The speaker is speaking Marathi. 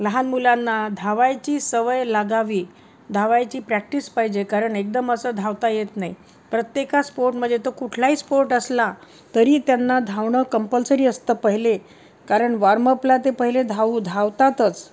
लहान मुलांना धावायची सवय लागावी धावायची प्रॅक्टिस पाहिजे कारण एकदम असं धावता येत नाही प्रत्येका स्पोर्ट म्हणजे तो कुठलाही स्पोर्ट असला तरी त्यांना धावणं कंपल्सरी असतं पहिले कारण वॉर्मपला ते पहिले धावू धावतातच